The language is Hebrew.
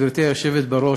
גברתי היושבת בראש,